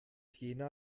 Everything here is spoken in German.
jena